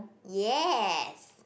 yes